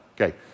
Okay